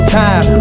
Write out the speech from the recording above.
time